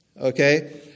okay